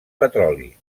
petroli